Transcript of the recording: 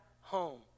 home